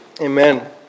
Amen